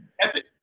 Epic